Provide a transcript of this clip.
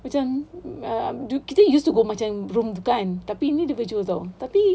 macam um kita used to go macam room kan tapi ni virtual [tau] tapi